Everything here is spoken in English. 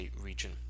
region